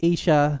Asia